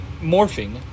morphing